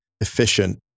efficient